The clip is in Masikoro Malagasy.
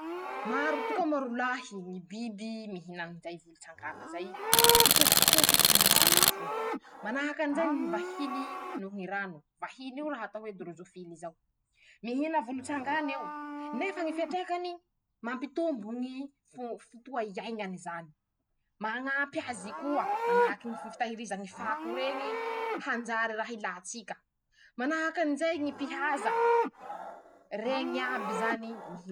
Maro tokoa moa rolahy ñy biby mihina anizay volotsangana zay ho fototsiny ñy sakafony: -Manahaky anizay ñy vahiny noho ñy rano. vahiny io raha atao hoe dorozofiny zao. mihina volotsangan'eo. nefa ñy fiatraikany. mampitombo ñy fo fotoa iaiñany zany. mañampy azy koa manahaky ñy fi fitahirizany ñy fako reñy hanjary raha ila-tsika ;manahaky anizay ñy mpihaza. reñy iaby zany.